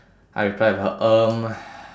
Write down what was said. I reply with a um